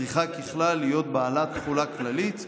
צריכה ככלל להיות בעלת תחולה כללית,